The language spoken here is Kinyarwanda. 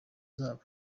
zabo